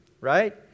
right